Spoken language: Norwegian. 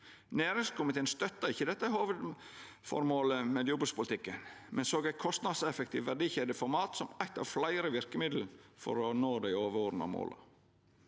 Næringskomiteen støtta ikkje dette hovudformålet med jordbrukspolitikken, men såg ei kostnadseffektiv verdikjede for mat som eitt av fleire verkemiddel for å nå dei overordna måla.